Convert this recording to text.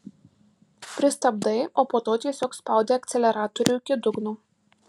pristabdai o po to tiesiog spaudi akceleratorių iki dugno